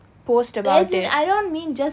post about it